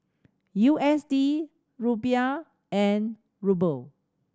U S D Rupiah and Ruble